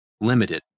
limited